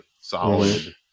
Solid